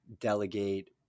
delegate